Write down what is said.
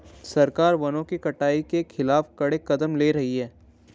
सरकार वनों की कटाई के खिलाफ कड़े कदम ले रही है